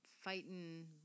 fighting